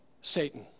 Satan